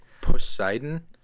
Poseidon